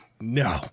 No